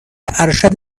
ارشد